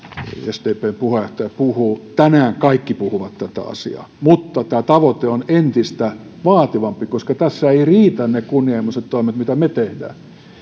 sdpn puheenjohtaja puhuu tänään kaikki puhuvat tätä asiaa mutta tämä tavoite on entistä vaativampi koska tässä eivät riitä ne kunnianhimoiset toimet mitä me teemme